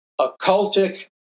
occultic